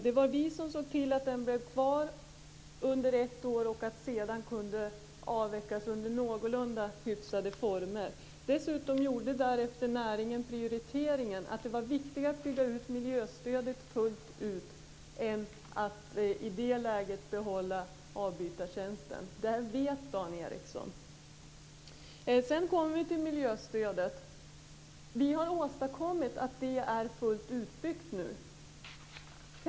Det var vi som såg till att den fanns kvar i ett år och att den sedan kunde avvecklas under någorlunda hyfsade former. Dessutom gjorde näringen därefter prioriteringen att det i det läget var viktigare att bygga ut miljöstödet fullt ut än att behålla avbytartjänsten. Detta vet Dan Sedan kommer vi till miljöstödet. Vi har åstadkommit en fullständig utbyggnad av det.